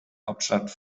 hauptstadt